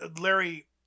Larry